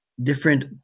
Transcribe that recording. Different